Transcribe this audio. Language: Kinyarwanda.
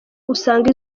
usanga